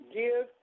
give